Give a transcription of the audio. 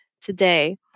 today